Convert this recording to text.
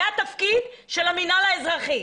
זה התפקיד של המינהל האזרחי.